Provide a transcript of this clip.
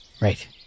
Right